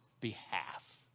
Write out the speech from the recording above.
behalf